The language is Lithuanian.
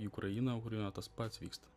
į ukrainą ukrainoje tas pats vyksta